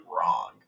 wrong